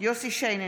יוסף שיין,